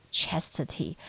chastity